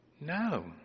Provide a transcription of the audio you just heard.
No